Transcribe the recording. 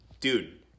dude